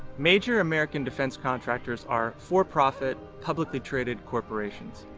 major american defense contractors are for-profit, publicly traded corporations.